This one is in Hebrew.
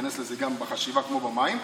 ייכנס לזה גם בחשיבה, כמו במים.